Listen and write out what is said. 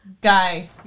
guy